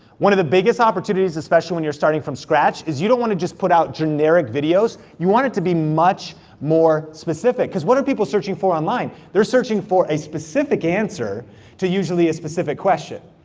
one of the biggest opportunities especially when you're starting from scratch is, you don't wanna just put out generic videos, you want it to be much more specific. cause what are people searching for online? they're searching for a specific answer to usually a specific question.